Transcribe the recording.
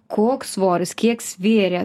koks svoris kiek svėrė